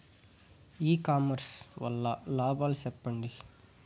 ఇ commerce వల్ల లాభాలు సెప్పండి?